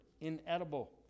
inedible